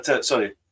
sorry